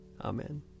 Amen